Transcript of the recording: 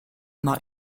not